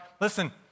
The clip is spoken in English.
listen